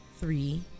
three